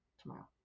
tomorrow